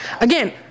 Again